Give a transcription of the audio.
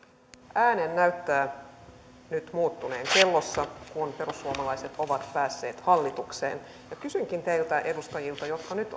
ääni näyttää nyt muuttuneen kellossa kun perussuomalaiset ovat päässeet hallitukseen kysynkin teiltä edustajilta jotka nyt